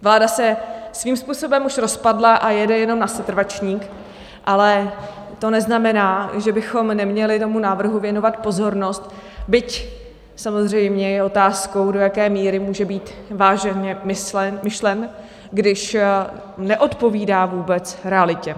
Vláda se svým způsobem už rozpadla a jede jenom na setrvačník, ale to neznamená, že bychom neměli tomu návrhu věnovat pozornost, byť samozřejmě je otázkou, do jaké míry může být vážně myšlen, když neodpovídá vůbec realitě.